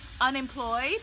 unemployed